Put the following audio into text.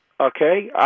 Okay